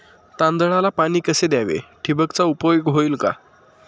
तांदळाला पाणी कसे द्यावे? ठिबकचा उपयोग होईल का?